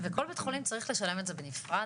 וכל בית חולים צריך לשלם את זה בנפרד?